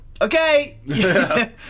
okay